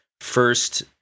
first